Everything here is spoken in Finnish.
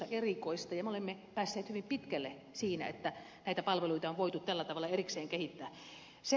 me olemme päässeet hyvin pitkälle siinä että näitä palveluita on voitu tällä tavalla erikseen kehittää